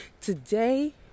today